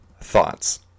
Thoughts